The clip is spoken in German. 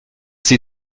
sie